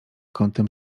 kątem